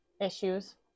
issues